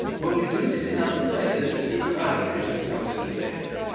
when we do this in other places it's a rabbit fish that comes in and takes it,